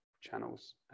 channels